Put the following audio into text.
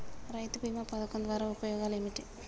రైతు బీమా పథకం ద్వారా ఉపయోగాలు ఏమిటి?